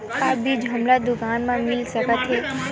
का बीज हमला दुकान म मिल सकत हे?